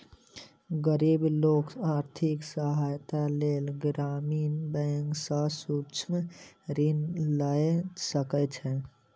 गरीब लोक आर्थिक सहायताक लेल ग्रामीण बैंक सॅ सूक्ष्म ऋण लय सकै छै